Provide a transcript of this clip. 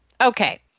Okay